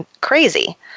crazy